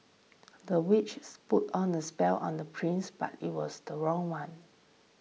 the witches put on a spell on the prince but it was the wrong one